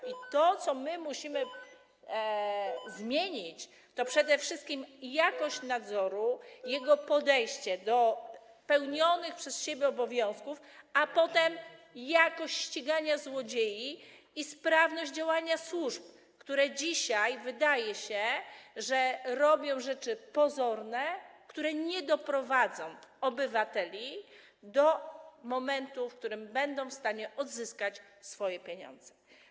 I to, co my musimy zmienić, to przede wszystkim jakość nadzoru, jego podejście do pełnionych przez siebie obowiązków, a potem jakość ścigania złodziei i sprawność działania służb, które dzisiaj, wydaje się, robią rzeczy pozorne, które nie doprowadzą obywateli do momentu, w którym będą w stanie odzyskać swoje pieniądze.